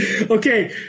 Okay